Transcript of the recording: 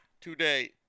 today